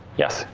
yes?